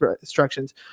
instructions